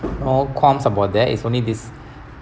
no qualms about that it's only this